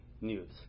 news